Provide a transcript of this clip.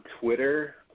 Twitter